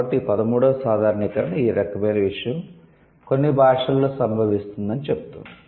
కాబట్టి పదమూడవ సాధారణీకరణ ఈ రకమైన విషయం కొన్ని భాషలలో సంభవిస్తుందని చెబుతుంది